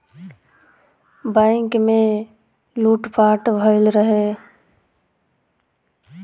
bank में लूट पाट भईल रहे